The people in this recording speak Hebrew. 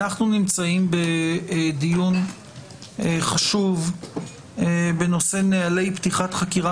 אנחנו נמצאים בדיון חשוב בנושא נהלי פתיחת חקירה